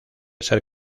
ser